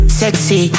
sexy